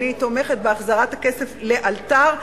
אני תומכת בהחזרת הכסף לאלתר,